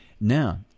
Now